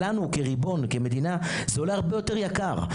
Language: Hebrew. לנו כמדינה זה עולה הרבה יותר יקר.